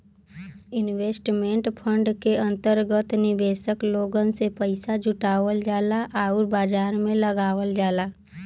investment fund के अंतर्गत निवेशक लोगन से पइसा जुटावल जाला आउर बाजार में लगावल जाला